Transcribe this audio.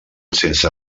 sense